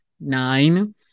nine